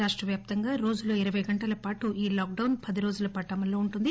రాష్ట వ్యాప్తంగా రోజులో ఇరవై గంటలపాటు ఈ లాక్ డౌస్ పదిరోజుల పాటు అమల్లో ఉంటుంది